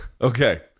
Okay